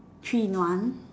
three in one